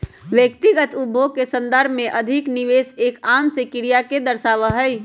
व्यक्तिगत उपभोग के संदर्भ में अधिक निवेश एक आम से क्रिया के दर्शावा हई